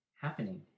happening